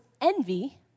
envy